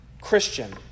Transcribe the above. Christian